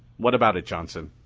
what about it, johnson?